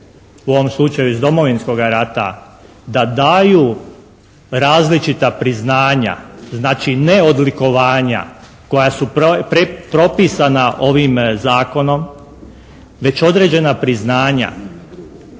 u ovom slučaju iz Domovinskoga rata da daju različita priznanja, znači ne odlikovanja koja su propisana ovim zakonom već određena priznanja